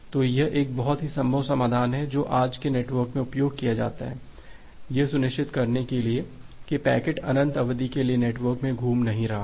तो यह एक बहुत ही संभव समाधान है जो आज के नेटवर्क में उपयोग किया जाता है यह सुनिश्चित करने के लिए कि पैकेट अनंत अवधि के लिए नेटवर्क में घूम नहीं रहा हो